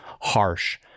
harsh